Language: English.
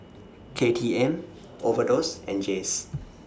K T M Overdose and Jays